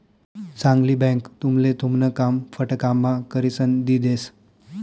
चांगली बँक तुमले तुमन काम फटकाम्हा करिसन दी देस